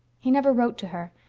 he never wrote to her,